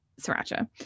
Sriracha